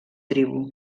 tribú